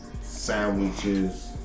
sandwiches